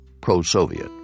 pro-Soviet